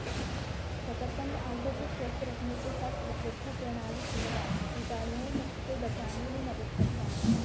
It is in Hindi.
शकरकंद आंखों को स्वस्थ रखने के साथ प्रतिरक्षा प्रणाली, कीटाणुओं से बचाने में मदद करता है